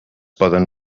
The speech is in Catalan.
poden